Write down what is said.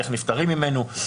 איך נפתרים ממנו,